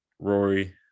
Rory